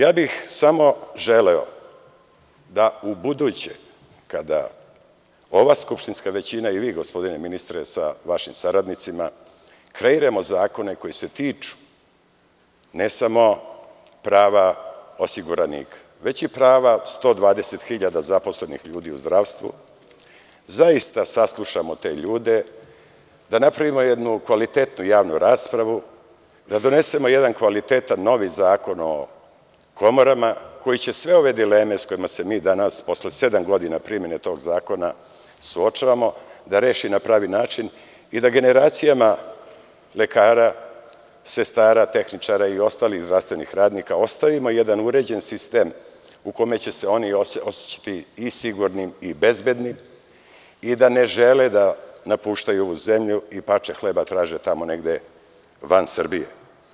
Samo bih želeo da ubuduće, kada ova skupštinska većina i vi, gospodine ministre, sa vašim saradnicima, kreiramo zakone koji se tiču, ne samo prava osiguranika, već i prava 120 hiljada zaposlenih ljudi u zdravstvu, zaista saslušamo te ljude, da napravimo jednu kvalitetnu javnu raspravu, da donesemo jedan kvalitetan novi zakon o komorama koji će sve ove dileme sa kojima se mi danas ,posle sedam godina primene tog zakona, suočavamo, da reši na pravi način i da generacijama lekara, sestara, tehničara i ostalih zdravstevenih radnika ostavimo jedan uređen sistem u kome će se oni osećati i sigurnim i bezbednim i da ne žele da napuštaju ovu zemlju i da parče hleba traže tamo negde van Srbije.